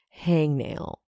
hangnail